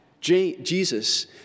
Jesus